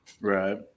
Right